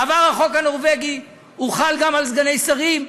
עבר החוק הנורבגי, הוא חל גם על סגני שרים?